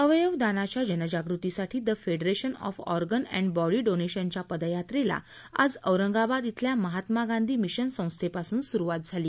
अवयवदानाच्या जनजागृतीसाठी the federation of organ and body डोनेशनच्या पदयात्रेला आज औरंगाबाद इथल्या महात्मा गांधी मिशन संस्थेपासून सुरूवात झाली